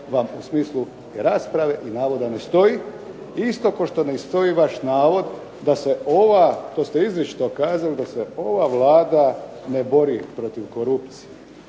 vam u smislu rasprave i navoda ne stoji, isto kao što ne stoji vaš navod da se ova, to ste izričito kazali da se ova Vlada ne bori protiv korupcije.